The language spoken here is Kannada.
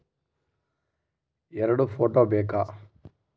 ಎರಡು ಫೋಟೋ ಬೇಕಾ?